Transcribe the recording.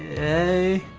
a